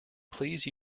please